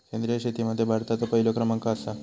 सेंद्रिय शेतीमध्ये भारताचो पहिलो क्रमांक आसा